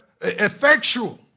effectual